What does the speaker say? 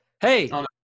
Hey